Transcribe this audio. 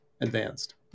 advanced